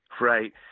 Right